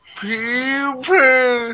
people